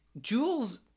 Jules